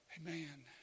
Amen